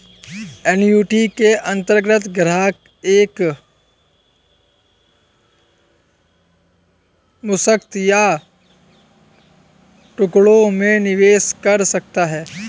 annuity के अंतर्गत ग्राहक एक मुश्त या टुकड़ों में निवेश कर सकता है